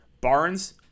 Barnes